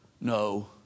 No